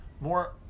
more